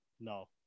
No